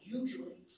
usually